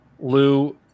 Lou